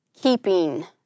keeping